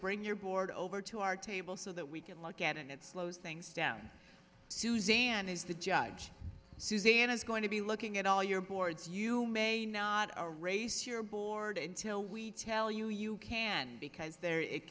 bring your board over to our table so that we can look at and slows things down suzanne is the judge suzanne is going to be looking at all your boards you may not a race your board until we tell you you can because there it